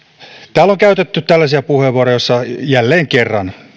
täällä on käytetty tällaisia puheenvuoroja joissa jälleen kerran